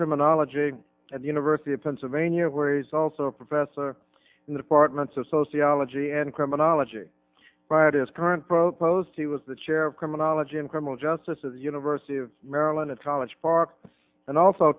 criminology at the university of pennsylvania where he's also a professor in the apartment of sociology and criminology riotous current proposed he was the chair of criminology and criminal justice at the university of maryland at college park and also